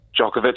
Djokovic